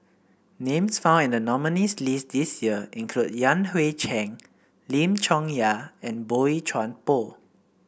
names found in the nominees' list this year include Yan Hui Chang Lim Chong Yah and Boey Chuan Poh